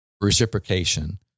reciprocation